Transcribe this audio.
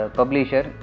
publisher